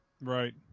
Right